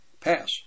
pass